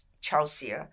Chelsea